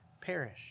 perish